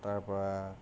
তাৰপৰা